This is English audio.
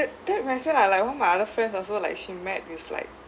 that that like one of my other friends also like she met with like